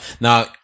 now